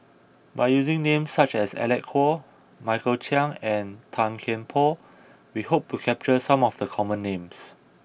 by using names such as Alec Kuok Michael Chiang and Tan Kian Por we hope to capture some of the common names